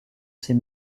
ces